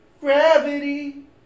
Gravity